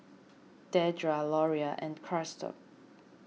Dedra Loria and Christop